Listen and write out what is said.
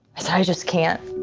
i just can't.